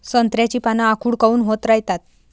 संत्र्याची पान आखूड काऊन होत रायतात?